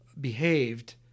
behaved